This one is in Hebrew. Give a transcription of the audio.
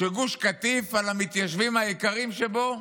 שגוש קטיף, על המתיישבים היקרים שבו,